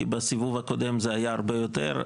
כי בסיבוב הקודם זה היה הרבה יותר.